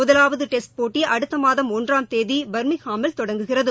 முதலாவது டெஸ்ட் போட்டி அடுத்த மாதம் ஒன்றாம் தேதி பரமிங்ஹாமில் தொடங்குகிறது